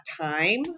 time